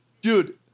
Dude